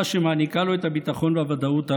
שמעניקה לו את הביטחון והוודאות הללו.